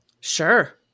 Sure